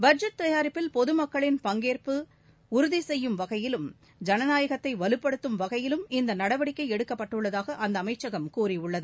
budget தயாரிப்பில் பொதுமக்களின் பங்கேற்பை உறுதிசெய்யும் வகையிலும் ஜனநாயகத்தை வலுபடுத்தும் வகையிலும் இந்த நடவடிக்கை எடுக்கப்பட்டுள்ளதாக அந்த அமைச்சகம் கூறியுள்ளது